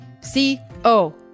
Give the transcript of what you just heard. C-O